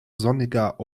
sonniger